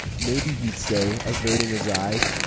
maybe, he'd say, averting his eyes,